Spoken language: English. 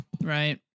right